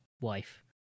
wife